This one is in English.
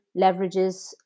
leverages